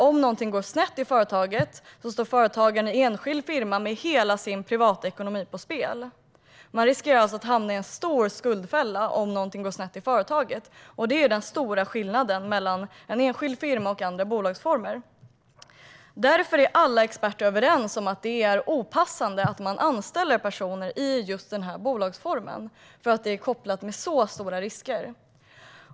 Om något går snett i företaget står företagaren i en enskild firma med hela sin privatekonomi satt på spel. Man riskerar alltså att hamna i en stor skuldfälla om någonting går snett i företaget, och det är den stora skillnaden mellan en enskild firma och andra bolagsformer. Alla experter är därför överens om att det är olämpligt att anställa personer i denna bolagsform då det är förenat med stora risker.